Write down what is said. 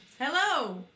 Hello